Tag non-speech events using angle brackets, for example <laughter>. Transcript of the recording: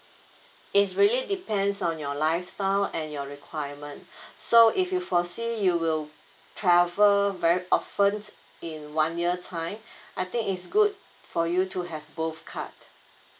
is really depends on your lifestyle and your requirement <breath> so if you foresee you will travel very often in one year time I think is good for you to have both card